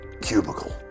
cubicle